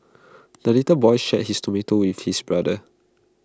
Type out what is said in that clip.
the little boy shared his tomato with his brother